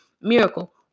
miracle